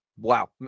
Wow